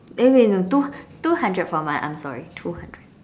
eh wait wait two two hundred per month I'm sorry two hundred